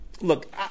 Look